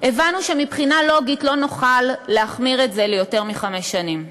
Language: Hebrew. הבנו שמבחינה לוגית לא נוכל להחמיר את זה ליותר מחמש שנים.